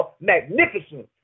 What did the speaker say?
magnificent